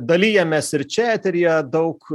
dalijamės ir čia eteryje daug